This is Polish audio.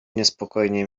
niespokojnie